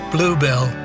Bluebell